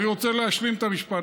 אני רוצה להשלים את המשפט,